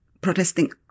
protesting